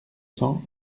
cent